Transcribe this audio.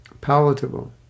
palatable